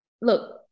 look